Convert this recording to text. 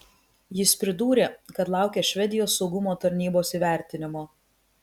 jis pridūrė kad laukia švedijos saugumo tarnybos įvertinimo